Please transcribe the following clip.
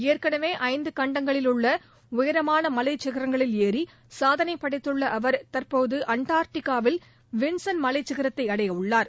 ஏற்னெவே ஐந்து கண்டங்களில் உள்ள உயரமான மலைச்சிகரங்களில் ஏறி சாதனை படைத்துள்ள அவர் தற்போது அண்டார்டிகாவில் வின்சன் மலைச்சிகரத்தை அடையவுள்ளார்